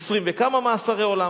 20 וכמה מאסרי עולם.